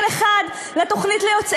אחד לתוכנית לצמצום הפערים ולמגזר הערבי.